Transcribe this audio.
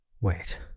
Wait